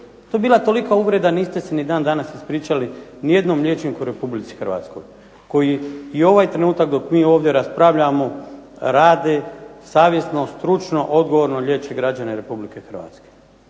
To je bila tolika uvreda, niste se ni dan danas ispričali ni jednom liječniku u RH koji i ovaj trenutak dok mi ovdje raspravljamo rade savjesno, stručno, odgovorno liječe građane RH. I vi govorite